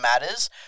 matters